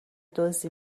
دزدی